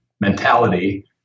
mentality